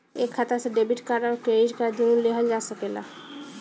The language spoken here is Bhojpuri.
एक खाता से डेबिट कार्ड और क्रेडिट कार्ड दुनु लेहल जा सकेला?